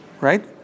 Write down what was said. right